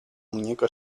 muñeco